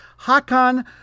Hakan